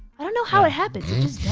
i don't know how it happens,